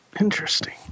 Interesting